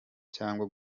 cyangwa